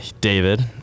David